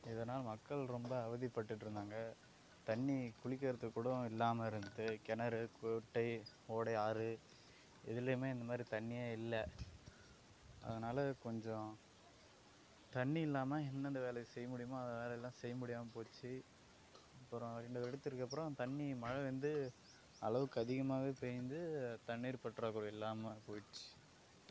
இதனால் மக்கள் ரொம்ப அவதிப்பட்டுகிட்டு இருந்தாங்க தண்ணி குளிக்கிறதுக்கு கூட இல்லாமல் இருந்தது கிணறு குட்டை ஓடை ஆறு எதிலையுமே இந்தமாதிரி தண்ணியே இல்லை அதனால கொஞ்சம் தண்ணி இல்லாமல் எந்தெந்த வேலை செய்ய முடியுமோ அந்த வேலை எல்லாம் செய்ய முடியாம போச்சு அப்புறம் இரண்டு வருடத்திற்கு அப்புறம் தண்ணி மழை வந்து அளவுக்கு அதிகமாவே பெய்ந்து தண்ணீர் பற்றாக்குறை இல்லாமல் போய்டுச்சு